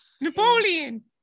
Napoleon